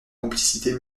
complicité